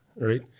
right